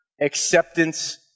acceptance